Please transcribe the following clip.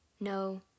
No